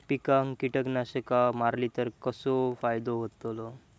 पिकांक कीटकनाशका मारली तर कसो फायदो होतलो?